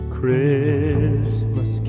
Christmas